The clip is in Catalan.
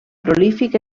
prolífic